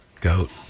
Goat